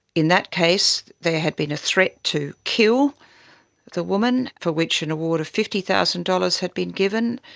in that case there had been a threat to kill the woman, for which an award of fifty thousand dollars had been given.